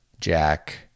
Jack